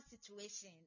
situation